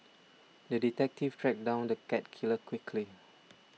the detective tracked down the cat killer quickly